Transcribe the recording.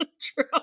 True